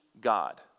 God